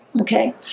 okay